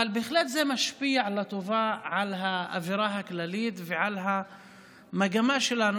אבל זה בהחלט משפיע לטובה על האווירה הכללית ועל המגמה שלנו,